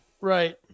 Right